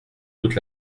toute